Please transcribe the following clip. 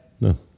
No